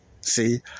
See